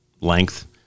length